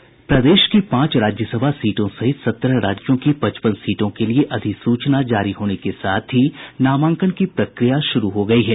प्रदेश की पांच राज्यसभा सीटों सहित सत्रह राज्यों की पचपन सीटों के लिए अधिसूचना जारी होने के साथ ही नामांकन की प्रक्रिया शुरू हो गयी है